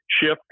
shift